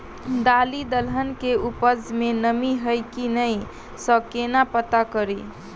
दालि दलहन केँ उपज मे नमी हय की नै सँ केना पत्ता कड़ी?